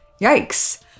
Yikes